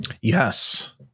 Yes